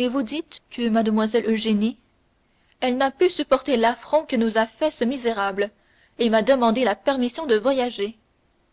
et vous dites que mlle eugénie elle n'a pu supporter l'affront que nous a fait ce misérable et m'a demandé la permission de voyager